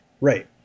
Right